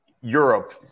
Europe